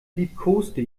liebkoste